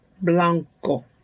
blanco